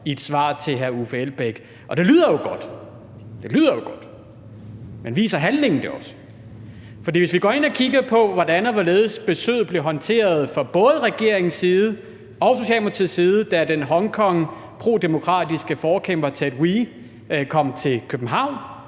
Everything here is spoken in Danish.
ikke går på kompromis med vores værdier, og det lyder jo godt. Men viser handlingen det også? For hvis vi går ind og kigger på, hvordan og hvorledes besøget blev håndteret fra både regeringens side og Socialdemokratiets side, da den Hongkong-prodemokratiske forkæmper Ted Hui kom til København,